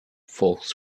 folks